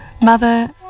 Mother